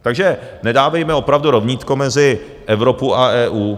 Takže nedávejme opravdu rovnítko mezi Evropu a EU.